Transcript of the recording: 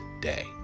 day